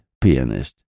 pianist